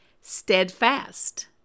steadfast